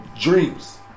dreams